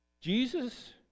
Jesus